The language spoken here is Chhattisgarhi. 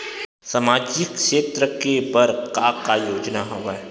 सामाजिक क्षेत्र के बर का का योजना हवय?